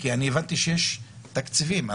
כי הבנתי שיש תקציבים.